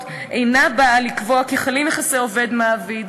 אינה באה לקבוע כי חלים יחסי עובד מעביד,